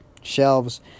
shelves